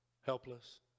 helpless